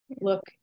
look